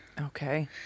Okay